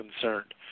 concerned